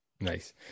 nice